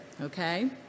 okay